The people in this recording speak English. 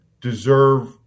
deserve